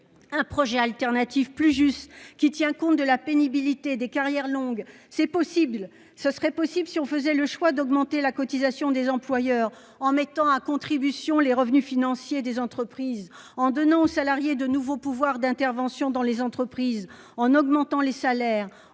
Un projet alternatif plus juste qui tient compte de la pénibilité des carrières longues. C'est possible, ce serait possible si on faisait le choix d'augmenter la cotisation des employeurs en mettant à contribution les revenus financiers des entreprises en donnant aux salariés de nouveaux pouvoirs d'intervention dans les entreprises en augmentant les salaires